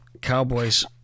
Cowboys